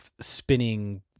spinning